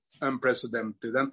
unprecedented